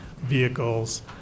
vehicles